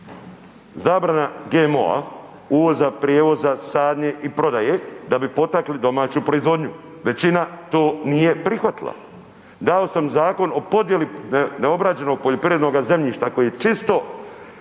Zabrana GMO-a uvoza, prijevoza, sadnje i prodaje da bi potakli domaću proizvodnju, većina to nije prihvatila. Dao sam zakon o podjeli neobrađenog poljoprivrednoga zemljišta koji je čisto,